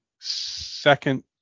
second